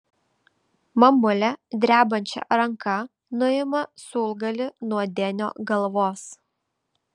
mamulė drebančia ranka nuima siūlgalį nuo denio galvos